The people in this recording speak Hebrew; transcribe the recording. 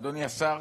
אדוני השר,